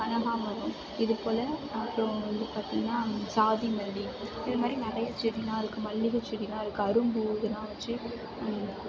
கனகாமரம் இதுபோல் அப்புறம் வந்து பார்த்தீங்கன்னா சாதிமல்லி இது மாதிரி நிறைய செடியெல்லாம் இருக்குது மல்லிகை செடியெல்லாம் இருக்குது அரும்பு இதெல்லாம் வச்சு